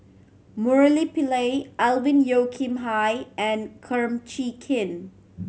Murali Pillai Alvin Yeo Khirn Hai and Kum Chee Kin